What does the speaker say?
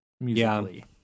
musically